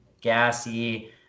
gassy